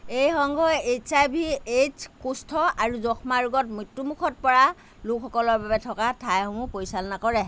এই সংঘই H I V AIDS কুষ্ঠ আৰু যক্ষ্মা ৰোগত মৃত্যুমুখত পৰা লোকসকলৰ বাবে থকা ঠাইসমূহ পৰিচালনা কৰে